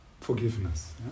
forgiveness